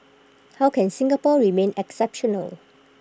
how can Singapore remain exceptional